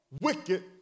wicked